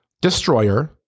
Destroyer